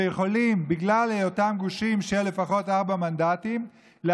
ובגלל היותם גושים של לפחות ארבעה מנדטים יכולים